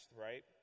right